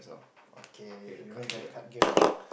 okay you mean the card game ah